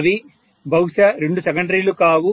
అవి బహుశా రెండు సెకండరీలు కావు